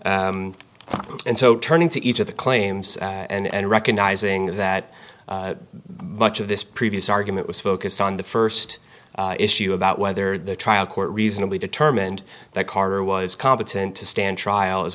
and so turning to each of the claims and recognizing that much of this previous argument was focused on the first issue about whether the trial court reasonably determined that carter was competent to stand trial as